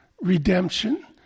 redemption